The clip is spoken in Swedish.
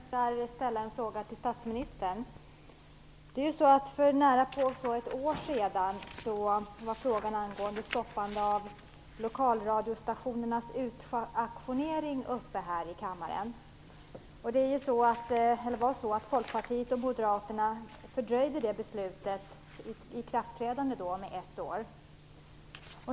Fru talman! Jag önskar ställa en fråga till statsministern. För närapå ett år sedan var frågan angående stoppande av lokalradiostationernas utauktionering uppe här i kammaren. Folkpartiet och Moderaterna fördröjde beslutets ikraftträdande med ett år.